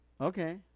Okay